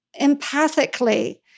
empathically